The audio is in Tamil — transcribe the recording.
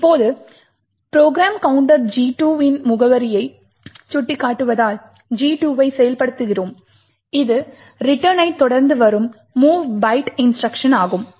இப்போது ப்ரோக்ராம் கவுண்டர் G2 இன் முகவரியை சுட்டிக்காட்டுவதால் G2 வை செயல்படுத்துகிறோம் இது return னை தொடர்ந்து வரும் mov byte இன்ஸ்ட்ருக்ஷன் ஆகும்